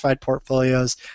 portfolios